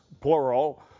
plural